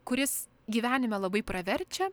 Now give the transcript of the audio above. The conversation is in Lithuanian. kuris gyvenime labai praverčia